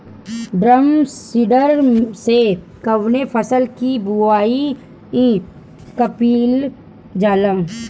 Drum seeder से कवने फसल कि बुआई कयील जाला?